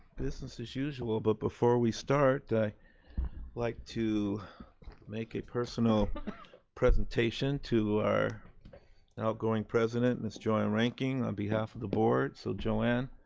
business as usual but before we start i'd like to make a personal presentation to our outgoing president, miss joanne reinking, on behalf of the board, so joanne,